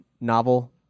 novel